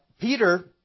Peter